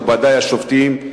מכובדי השופטים.